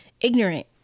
ignorant